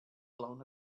blown